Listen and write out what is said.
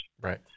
right